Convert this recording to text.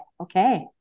okay